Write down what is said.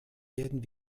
werden